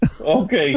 Okay